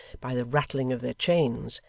by the rattling of their chains,